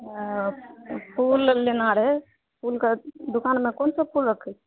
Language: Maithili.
फूल लेना रहए फूलके दोकानमे कोन सब फूल रखए छी